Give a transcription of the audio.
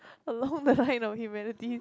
along the line of humanity